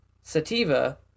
sativa